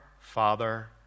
Father